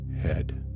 head